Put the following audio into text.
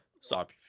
stop